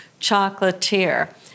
chocolatier